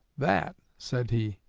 that, said he,